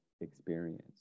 experience